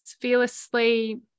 fearlessly